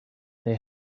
they